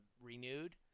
renewed